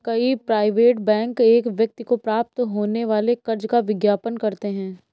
कई private bank एक व्यक्ति को प्राप्त होने वाले कर्ज का विज्ञापन करते हैं